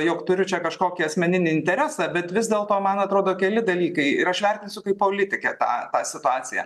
jog turiu čia kažkokį asmeninį interesą bet vis dėlto man atrodo keli dalykai ir aš vertinsiu kaip politikė tą situaciją